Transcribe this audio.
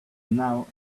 now